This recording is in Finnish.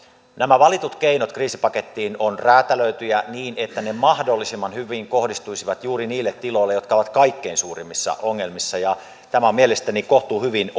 nämä valitut keinot kriisipakettiin on räätälöity niin että ne mahdollisimman hyvin kohdistuisivat juuri niille tiloille jotka ovat kaikkein suurimmissa ongelmissa ja tämä on mielestäni kohtuuhyvin